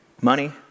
Money